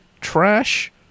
trash